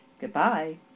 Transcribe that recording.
Goodbye